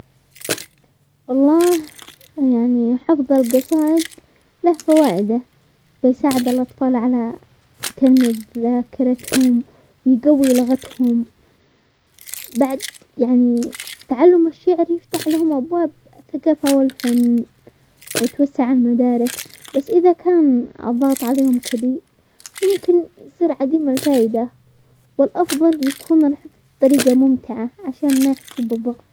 والله يعني حفظ القصائد له فوائده، ويساعد الاطفال على تنمبة ذاكرتهم يقوي لغتهم، بعد يعني تعلم الشعر يفتح لهم ابواب الثقافة والفن، وتوسع المدارك، بس اذا كان الضغط عليهم كبير ممكن يصير عديم الفايدة والافضل يكون بطريقة ممتعة عشان ما يحسوا بضغط.